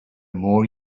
more